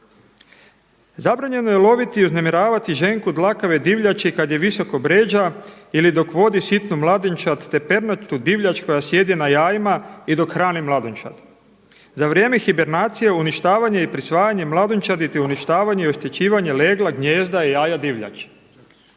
„Zabranjeno je loviti i uznemiravati ženku dlakave divljači kada je visoko bređa ili dok vodi sitnu mladunčad, te pernatu divljač koja sjedi na jajima i dok hrani mladunčad za vrijeme hibernacije, uništavanja i prisvajanje mladunčadi te uništavanje i oštećivanje legla, gnijezda i jaja divljači“.